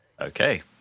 Okay